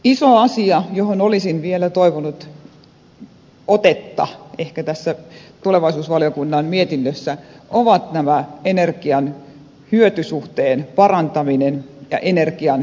iso asia johon olisin vielä toivonut otetta ehkä tässä tulevaisuusvaliokunnan mietinnössä on energian hyötysuhteen parantaminen ja energiansäästökysymykset